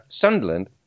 Sunderland